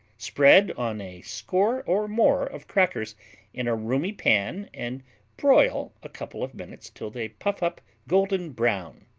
spread on a score or more of crackers in a roomy pan and broil a couple of minutes till they puff up golden-brown.